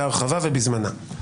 בהרחבה ובזמנו.